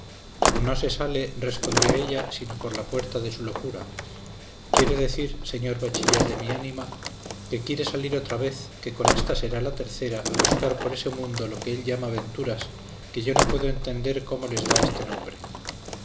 no se sale respondió ella sino por la puerta de su locura quiero decir señor bachiller de mi ánima que quiere salir otra vez que con ésta será la tercera a buscar por ese mundo lo que él llama venturas que yo no puedo entender cómo les da este nombre